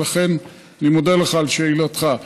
ולכן אני מודה לך על שאלתך.